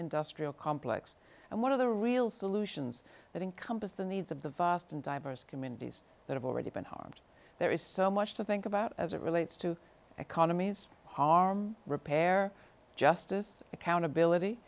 industrial complex and one of the real solutions that encompass the needs of the vast and diverse communities that have already been harmed there is so much to think about as it relates to economies harm repair justice accountability